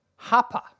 Hapa